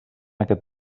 aquest